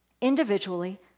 individually